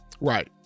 right